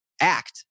act